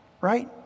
right